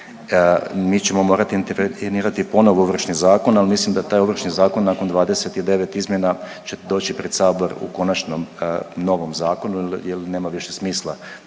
Mi ćemo morati intervenirati ponovo Ovršni zakon, ali mislim da taj Ovršni zakon nakon 29 izmjena će doći pred sabor u konačnom novom zakonu jel, jel nema više smisla